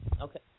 okay